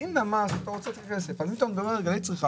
במקומות שבהם יש בעיות בהרגלי האכילה